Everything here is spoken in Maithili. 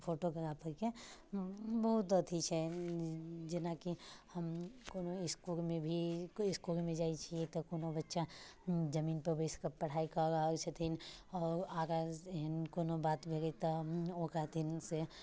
फोटोग्राफरके बहुत अथी छै जेनाकि हम कोनो इसकुलमे भी कोइ इसकुलमे जाइ छियै तऽ कोनो बच्चा जमीनपर बैसिकऽ पढ़ाइ कऽ रहल छथिन आओर आगा एहन कोनो बात भऽ गेल तऽ ओकरा दिनसँ